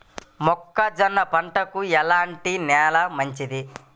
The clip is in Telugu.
మొక్క జొన్న పంటకు ఎలాంటి నేల మంచిది?